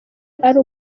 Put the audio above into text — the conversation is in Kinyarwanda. ari